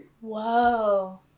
Whoa